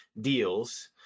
deals